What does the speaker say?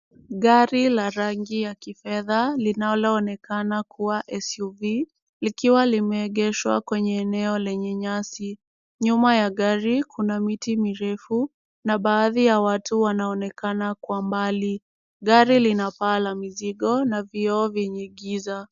Gari la rangi ya kifedha linaloonekana kuwa SUV, likiwa limeegeshwa kwenye eneo lenye nyasi. Nyuma ya gari kuna miti mirefu na baadhi ya watu wanaonekana kwa mbali. Gari lina paa la mizigo na vioo vyenye giza.